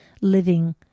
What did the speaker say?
living